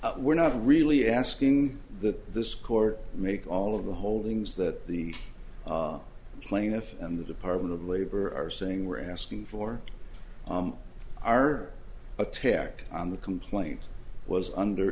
were we're not really asking that this court make all of the holdings that the plaintiff in the department of labor are saying we're asking for our attack on the complaint was under